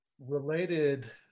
related